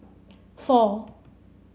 four